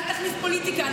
אל תכניס פוליטיקה,